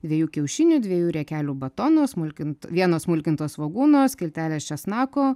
dviejų kiaušinių dviejų riekelių batono smulkint vieno smulkinto svogūno skiltelės česnako